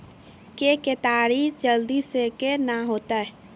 के केताड़ी जल्दी से के ना होते?